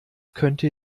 könnte